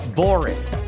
boring